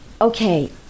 okay